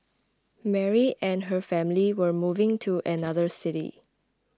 Mary and her family were moving to another city